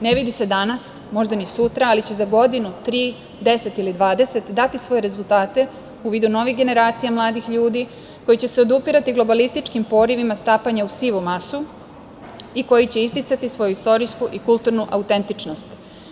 Ne vidi se danas, možda ni sutra, ali će za godinu, tri, deset ili dvadeset, dati svoje rezultate u vidu novih generacija mladih ljudi koji će se odupirati globalističkim porivima stapanja u sivu masu i koji će isticati svoju istorijsku i kulturnu autentičnost.